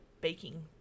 baking